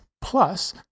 plus